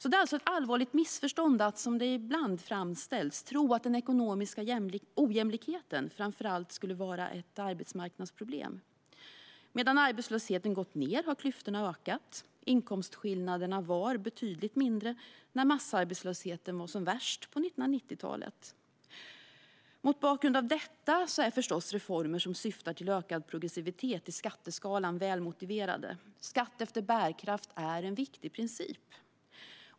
Det är alltså ett allvarligt missförstånd att tro att, som det ibland framställs, den ekonomiska ojämlikheten framför allt skulle vara ett arbetsmarknadsproblem. Medan arbetslösheten sjunkit har klyftorna ökat. Inkomstskillnaderna var betydligt mindre när massarbetslösheten var som värst på 1990-talet. Mot bakgrund av detta är reformer som syftar till ökad progressivitet i skatteskalan väl motiverade. Skatt efter bärkraft är en viktig princip.